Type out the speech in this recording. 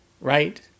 right